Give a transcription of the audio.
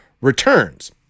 returns